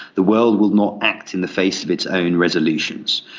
the world will not act in the face of its own resolutions.